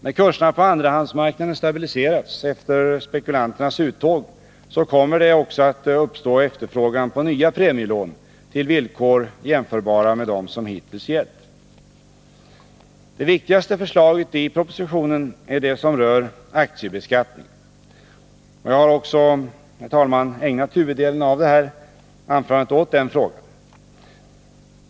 När kurserna på andrahandsmarknaden stabiliserats efter spekulanternas uttåg kommer det också att uppstå efterfrågan på nya premielån till villkor jämförbara med dem som hittills gällt. Det viktigaste förslaget i propositionen är det som rör aktiebeskattningen. Jag har också, herr talman, ägnat huvuddelen av det här anförandet åt den frågan.